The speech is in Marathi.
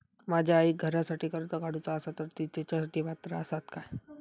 माझ्या आईक घरासाठी कर्ज काढूचा असा तर ती तेच्यासाठी पात्र असात काय?